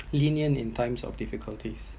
lenient in time of difficulties